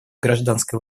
гражданской